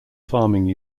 farming